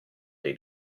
dei